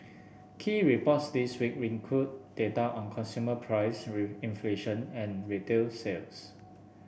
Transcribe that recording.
key reports this week include data on consumer price inflation and retail sales